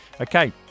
Okay